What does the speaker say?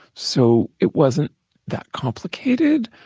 so it wasn't that complicated,